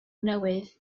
newydd